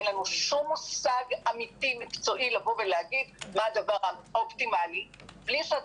אין לנו מושג אמיתי מקצועי להגיד מה הדבר האופטימלי בלי שזה